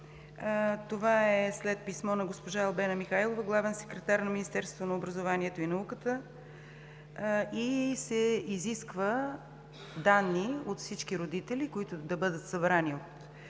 Това е след писмо на госпожа Албена Михайлова, главен секретар на Министерството на образованието и науката. Изискват се данни от всички родители, които да бъдат събрани